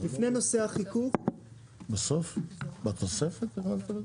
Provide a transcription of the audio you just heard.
לפני נושא החיקוק --- אז תמשיכו להקריא, בבקשה.